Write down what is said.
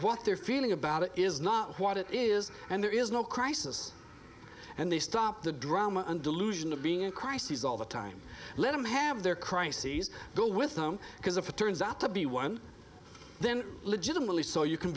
what they're feeling about it is not what it is and there is no crisis and they stop the drama and delusion of being in crises all the time let them have their crises go with them because if it turns out to be one then legitimately so you can